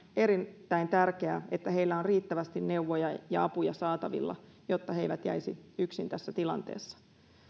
erittäin tärkeää että heillä on riittävästi neuvoja ja apuja saatavilla jotta he eivät jäisi yksin tässä tilanteessa